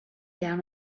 down